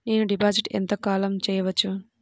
నేను డిపాజిట్ ఎంత కాలం చెయ్యవచ్చు?